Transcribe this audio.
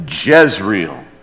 Jezreel